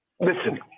listen